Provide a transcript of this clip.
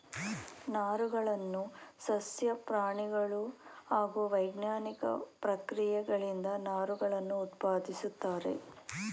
ನಾರುಗಳನ್ನು ಸಸ್ಯ ಪ್ರಾಣಿಗಳು ಹಾಗೂ ವೈಜ್ಞಾನಿಕ ಪ್ರಕ್ರಿಯೆಗಳಿಂದ ನಾರುಗಳನ್ನು ಉತ್ಪಾದಿಸುತ್ತಾರೆ